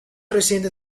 reciente